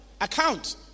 account